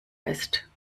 ist